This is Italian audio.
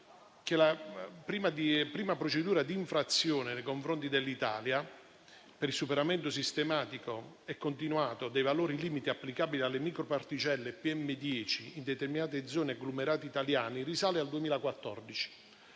la prima procedura di infrazione nei confronti dell'Italia, per il superamento sistematico e continuato dei valori limiti applicabili alle microparticelle PM10 in determinate zone e agglomerati italiani, risale al 2014;